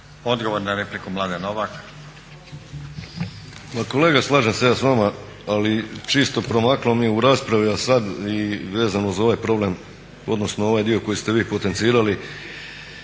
Odgovor na repliku, Mladen Novak.